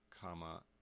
comma